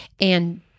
And-